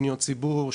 פניות ציבור,